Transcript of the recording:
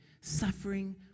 suffering